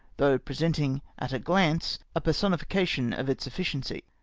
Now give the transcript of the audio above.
though presenting at a glance a personification of its efficiency.